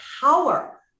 power